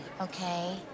okay